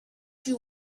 you